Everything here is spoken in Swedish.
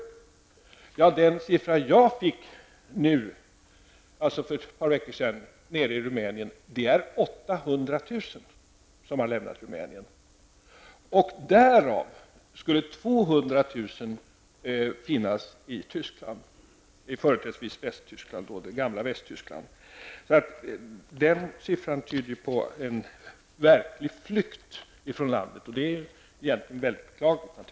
Ja, enligt den siffra jag fick för ett par veckor sedan nere i Rumänien är det 800 000 som har lämnat Rumänien, och av dem skulle 200 000 finnas i Den siffran tyder på en verklig flykt från landet, och det är naturligtvis mycket tragiskt.